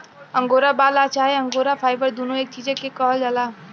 angora बाल आ चाहे अंगोरा फाइबर दुनो एके चीज के कहल जाला